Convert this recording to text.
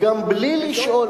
גם בלי לשאול,